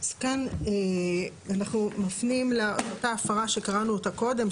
אז כאן אנחנו מפנים לאותה הפרה שקראנו אותה קודם,